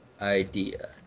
Idea